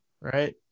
right